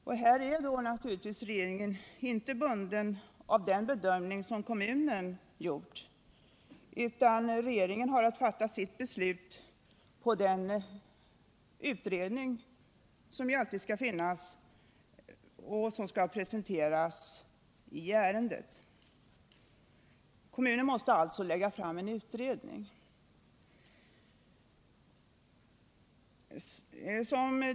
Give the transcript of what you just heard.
Regeringen är naturligtvis därvid inte bunden av den bedömning som kommunen gjort, utan regeringen har att fatta sitt beslut mot bakgrund av den utredning som alltid skall presenteras i ärendet i fråga. Kommunen måste alltså lägga fram en utredning.